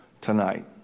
tonight